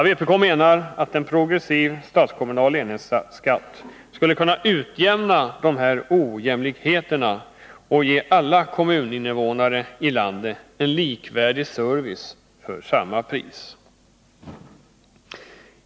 Vpk menar att en progressiv stats-kommunal enhetsskatt skulle kunna utjämna dessa ojämlikheter och ge alla kommuninvånare i landet en likvärdig service för samma pris.